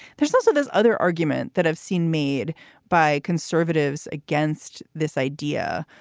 there's also this other argument that i've seen made by conservatives against this idea,